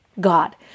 God